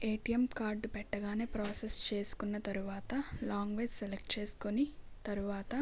ATM card పెట్టగానే process చేసుకున్న తరువాత లాంగ్వేజ్ సెలెక్ట్ చేసుకొని తరువాత